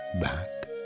back